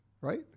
right